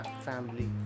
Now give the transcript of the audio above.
family